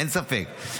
אין ספק.